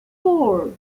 four